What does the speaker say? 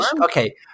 Okay